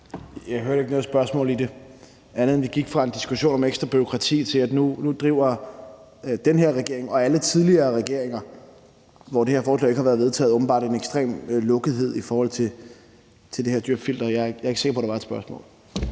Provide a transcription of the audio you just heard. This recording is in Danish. Jeg hørte ikke noget spørgsmål i det, andet end at vi gik fra en diskussion om ekstra bureaukrati, til at nu bedriver den her regering og alle tidligere regeringer, hvor det her forslag ikke har været vedtaget, åbenbart en ekstrem lukkethed i forhold til det her djøf-filter. Jeg er ikke sikker på, der var et spørgsmål.